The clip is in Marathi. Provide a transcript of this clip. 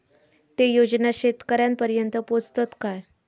ते योजना शेतकऱ्यानपर्यंत पोचतत काय?